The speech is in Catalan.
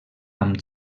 amb